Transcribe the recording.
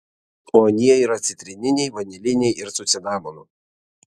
o anie yra citrininiai vaniliniai ir su cinamonu